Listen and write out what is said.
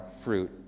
fruit